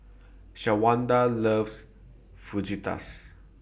Shawanda loves Fajitas